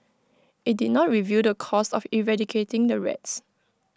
IT did not reveal the cost of eradicating the rats